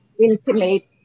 intimate